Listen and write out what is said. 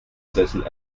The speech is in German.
sessel